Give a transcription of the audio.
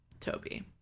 Toby